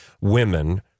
women